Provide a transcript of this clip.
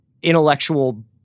intellectual